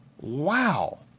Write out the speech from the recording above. Wow